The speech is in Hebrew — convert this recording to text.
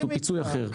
הוא פיצוי אחר.